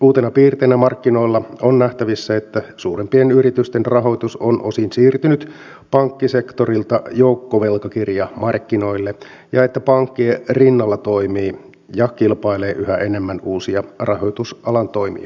uutena piirteenä markkinoilla on nähtävissä että suurempien yritysten rahoitus on osin siirtynyt pankkisektorilta joukkovelkakirjamarkkinoille ja että pankkien rinnalla toimii ja kilpailee yhä enemmän uusia rahoitusalan toimijoita